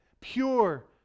pure